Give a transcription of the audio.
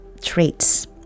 traits